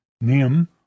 Nim